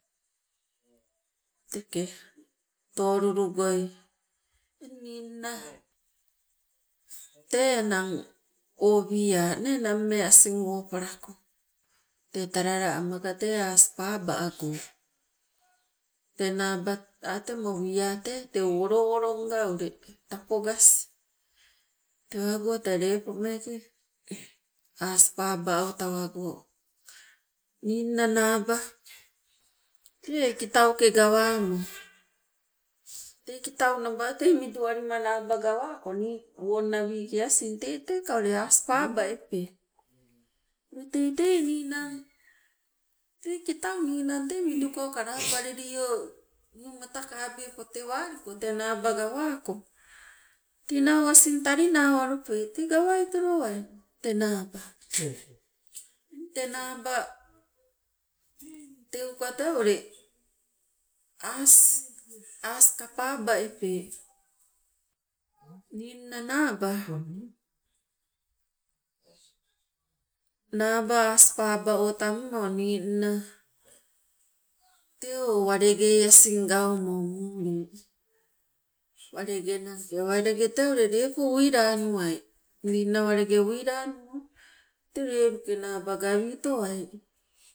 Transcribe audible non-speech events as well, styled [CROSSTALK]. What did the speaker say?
Teke tolulu goi. Eng ningna tee enang o wia nee nammee asing woopalako tee talala amaka tee aasi paaba ago tee naaba ah tee mo wia tee teu ule olo oolonga tapogas tewago tee lepo meeke aas paba o tawango. Ninna naaba tee kitau ke gawamo tei kitau naba tei midualima naaba gawako nii wonnawike asing teteka ule aas paaba epe ule teitei ninang tei kitau ninang miduko kalapalilio wiumata kabie potewaliko tee naaba gawako tei nau asing talinawalupe tee gawaitolowai naaba. Eng tee naaba teuka tee ule aas, aas ka pala epe. Ninna naaba, naaba aas paaba o taumo ninna tee o walengei asing gaumo muule, walenge [NOISE] naake, walenge tee ule lepo uilanuwai ninna walenge uilanumo tee leluke naaba gawitowai